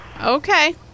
Okay